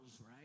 right